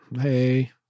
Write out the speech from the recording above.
Hey